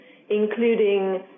including